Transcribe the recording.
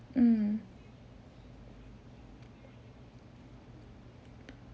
mm